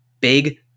Big